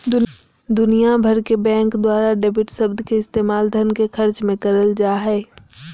दुनिया भर के बैंक द्वारा डेबिट शब्द के इस्तेमाल धन के खर्च मे करल जा हय